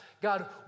God